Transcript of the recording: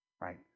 right